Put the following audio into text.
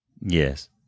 Yes